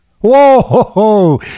Whoa